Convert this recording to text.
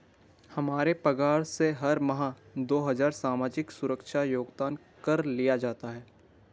हमारे पगार से हर माह दो हजार सामाजिक सुरक्षा योगदान कर लिया जाता है